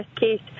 case